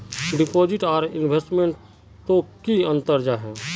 Deposit आर investment तोत की अंतर जाहा?